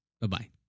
Bye-bye